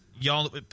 y'all